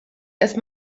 erst